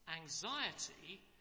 anxiety